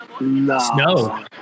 No